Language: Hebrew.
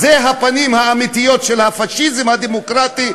זה הפנים האמיתיות של הפאשיזם הדמוקרטי,